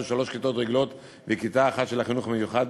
שלוש כיתות רגילות וכיתה אחת של החינוך המיוחד.